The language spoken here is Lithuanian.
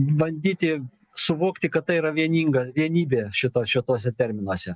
bandyti suvokti kad tai yra vieninga vienybė šito šitose terminuose